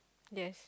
yes